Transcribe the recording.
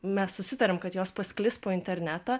mes susitarėm kad jos pasklis po internetą